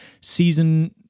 season